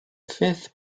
fifth